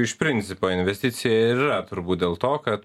iš principo investicija ir yra turbūt dėl to kad